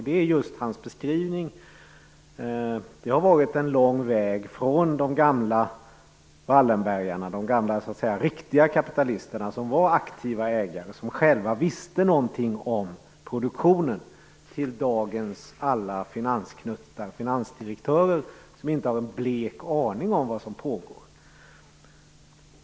Det har varit en lång väg, från de gamla Wallenbergarna, de gamla "riktiga" kapitalisterna, som var aktiva ägare och som själva visste något om produktionen, till dagens alla finansknuttar, finansdirektörer, som inte har en blek aning om vad som pågår.